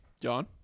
John